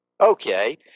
Okay